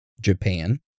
Japan